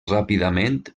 ràpidament